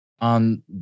on